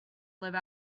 live